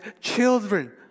children